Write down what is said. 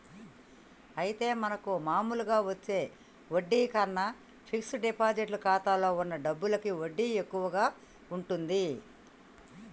అయితే మనకు మామూలుగా వచ్చే వడ్డీ కన్నా ఫిక్స్ డిపాజిట్ ఖాతాలో ఉన్న డబ్బులకి వడ్డీ ఎక్కువగా ఉంటుంది